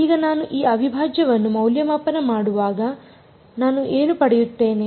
ಈಗ ನಾನು ಈ ಅವಿಭಾಜ್ಯವನ್ನು ಮೌಲ್ಯಮಾಪನ ಮಾಡುವಾಗ ನಾನು ಏನು ಪಡೆಯುತ್ತೇನೆ